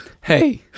Hey